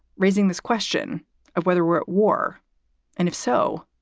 raising this question of whether we're at war and if so,